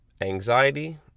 anxiety